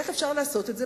איך אפשר לעשות את זה?